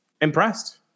impressed